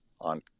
on